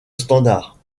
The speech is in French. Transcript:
standards